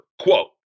quote